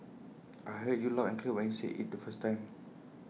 I heard you loud and clear when you said IT the first time